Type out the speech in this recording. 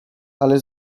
ale